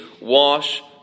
wash